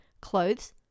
Clothes